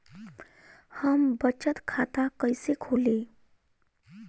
हम बचत खाता कईसे खोली?